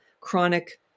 chronic